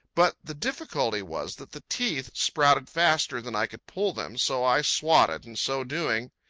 but the difficulty was that the teeth sprouted faster than i could pull them, so i swatted, and, so doing,